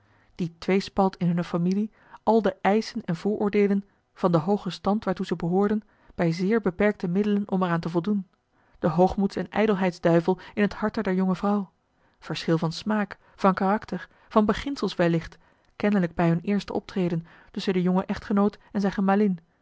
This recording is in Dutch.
die tweespalt in hunne familie al de eischen en vooroordeelen van den hoogen stand waartoe ze behoorden bij zeer beperkte middelen om er aan te voldoen de hoogmoeds en ijdelheidsduivel in het harte der jonge vrouw verschil van smaak van karakter van beginsels wellicht kennelijk bij hun eerste optreden tusschen den jongen echtgenoot en